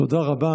תודה רבה.